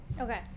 Okay